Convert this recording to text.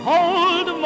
Hold